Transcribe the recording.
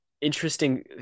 interesting